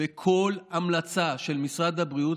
בכל המלצה של משרד הבריאות.